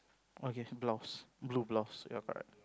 okay blouse blue blouse ya correct